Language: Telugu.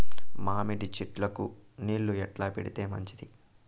మామిడి చెట్లకు నీళ్లు ఎట్లా పెడితే మంచిది?